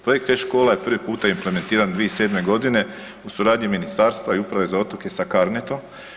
Projekt te škole je prvi puta implementiran 2007.g. u suradnji ministarstva i Uprave za otoke sa karnetom.